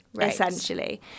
essentially